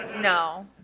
No